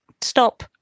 stop